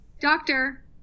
Doctor